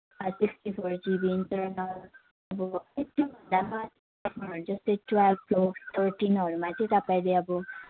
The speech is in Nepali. सिक्स्टी फोर जिबी इन्टरनेल जस्तै ट्वेल्भ प्रो थर्टिनहरूमा चाहिँ तपाईँले अब